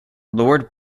lord